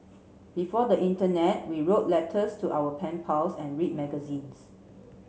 before the internet we wrote letters to our pen pals and read magazines